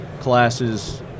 classes